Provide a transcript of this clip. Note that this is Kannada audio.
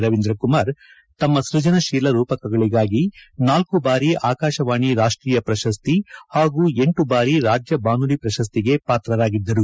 ರವೀಂದ್ರ ಕುಮಾರ್ ತಮ್ಮ ಸೃಜನಶೀಲ ರೂಪಕಗಳಿಗಾಗಿ ನಾಲ್ಕು ಬಾರಿ ಆಕಾಶವಾಣಿ ರಾಷ್ಟೀಯ ಪ್ರಶಸ್ತಿ ಹಾಗೂ ಎಂಟು ಬಾರಿ ರಾಜ್ಯ ಬಾನುಲಿ ಪ್ರಶಸ್ತಿಗೆ ಪಾತ್ರರಾಗಿದ್ದರು